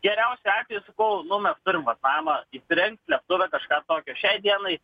geriausiu atveju sakau nu mes turim vat namą įsirengt slėptuvę kažką tokio šiai dienai